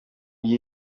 gihe